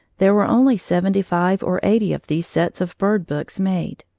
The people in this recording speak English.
there were only seventy-five or eighty of these sets of bird books made,